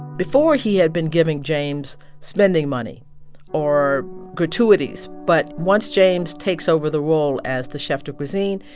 before, he had been giving james spending money or gratuities. but once james takes over the role as the chef de cuisine,